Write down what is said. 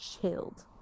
chilled